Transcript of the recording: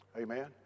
Amen